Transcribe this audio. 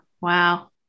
wow